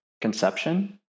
Conception